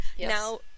Now